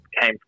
came